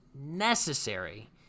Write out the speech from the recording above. necessary